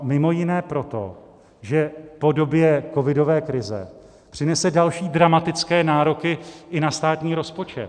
Mimo jiné proto, že v podobě covidové krize přinese další dramatické nároky i na státní rozpočet.